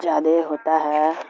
زیادہ ہوتا ہے